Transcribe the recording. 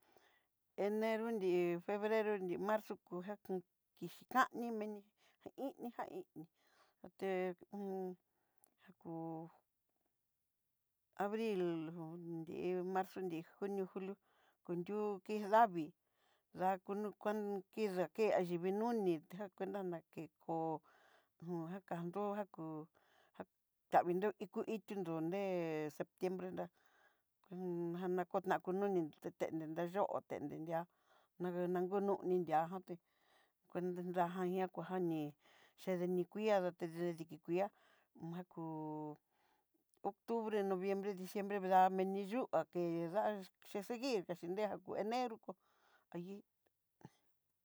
Enro nri febrero ni marzo kungan kón kixhi kaní meni ini jaini kuté on jakú, abril nri marzo nrí junio julio ku nrió kii davii, dakuno kuan kii dá ké ayivi noní, ta cuenta na kii kó'o hon oaxaca nró já kú tavinró iku itunró no nré septiembre nrá nana jóna ku noni nró té tenré nrá yo'o'o tendre nriá nagá ku noni nriá nga té ñá kuaja ní'i chede ni kui'a ta de'e dekui'a na ku octubre noviembre diciembre lá miné yu'ú uhá ké dá kexi seguir axhí nría eneró kó ayí.